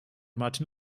martin